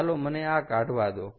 ચાલો મને આ કાઢવા દો